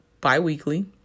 bi-weekly